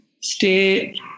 stay